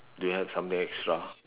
do you have something extra